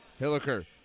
Hilliker